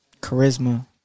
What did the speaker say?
charisma